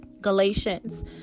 Galatians